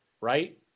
right